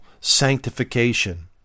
sanctification